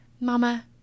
Mama